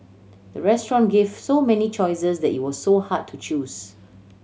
the restaurant gave so many choices that it was so hard to choose